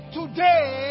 today